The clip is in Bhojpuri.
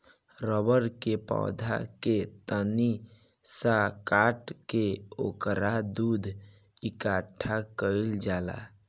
रबड़ के पेड़ के तनी सा काट के ओकर दूध इकट्ठा कइल जाला